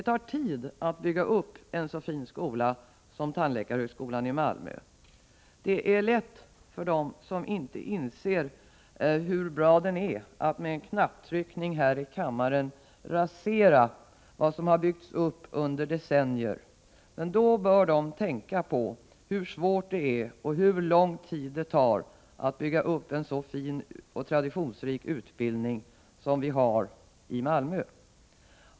Det tar tid att bygga upp en så fin skola som tandläkarhögskolan i Malmö. Det är lätt för dem som inte inser hur bra denna skola är att med en knapptryckning här i kammaren rasera vad som byggts upp under decennier, men de bör då betänka hur svårt det är och hur lång tid det tar att bygga upp en så fin och traditionsrik utbildning som den vi har i Malmö.